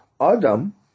Adam